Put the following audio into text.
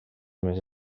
més